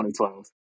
2012